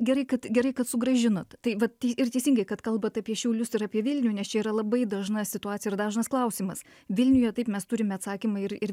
gerai kad gerai kad sugrąžinot tai vat ir teisingai kad kalbat apie šiaulius ir apie vilnių nes čia yra labai dažna situacija ir dažnas klausimas vilniuje taip mes turime atsakymą ir ir